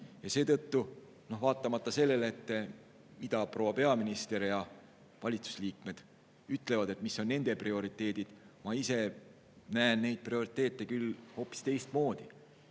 Seetõttu, vaatamata sellele, mida proua peaminister ja valitsusliikmed ütlevad, et mis on nende prioriteedid, ma ise näen neid prioriteete küll hoopis teistmoodi.